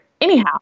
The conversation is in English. anyhow